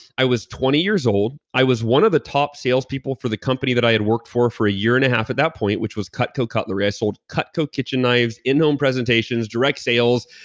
i was twenty years old. i was one of the top salespeople for the company that i had worked for for a year and a half at that point, which was cutco cutlery. i sold cutco kitchen knives in-home presentations, direct sales.